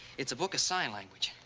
it's a book of sign language,